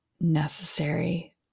necessary